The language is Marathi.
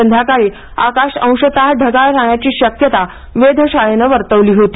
संध्याकाळी आकाश अंशतः ढगाळ राहाण्याची शक्यता वेधशाळेने वर्तवली होती